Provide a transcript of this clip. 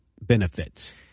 benefits